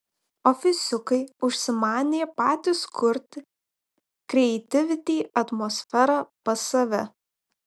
ofisiukai užsimanė patys kurti krieitivity atmosferą pas save